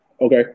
Okay